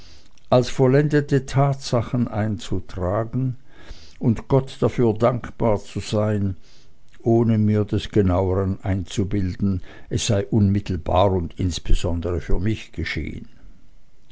als vollendete tatsachen einzutragen und gott dafür dankbar zu sein ohne mir des genauern einzubilden es sei unmittelbar und insbesondere für mich geschehen